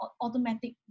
automatic